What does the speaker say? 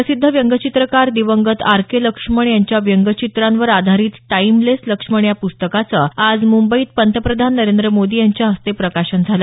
प्रसिद्ध व्यंगचित्रकार दिवंगत आर के लक्ष्मण यांच्या व्यंगचित्रांवर आधारित टाईमलेस लक्ष्मण या प्स्तकाचं आज मुंबईत पंतप्रधान नरेंद्र मोदी यांच्या हस्ते प्रकाशन झालं